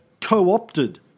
co-opted